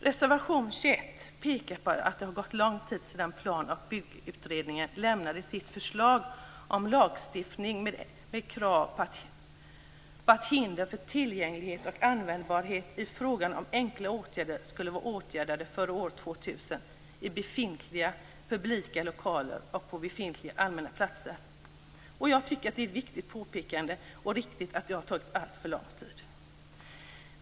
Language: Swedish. Reservationen 21 pekar på att det har gått lång tid sedan Plan och byggutredningen lämnade sitt förslag om lagstiftning med krav på att hinder för tillgänglighet och användbarhet i fråga om enkla åtgärder skulle vara åtgärdade före år 2000 i befintliga publika lokaler och på befintliga allmänna platser. Jag tycker att det är ett riktigt påpekande att det har tagit alltför lång tid.